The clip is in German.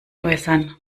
äußern